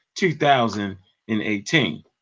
2018